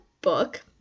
book